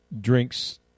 drinks